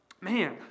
man